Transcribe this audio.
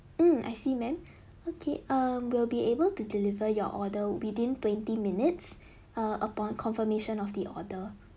mm I see ma'am okay um we'll be able to deliver your order within twenty minutes err upon confirmation of the order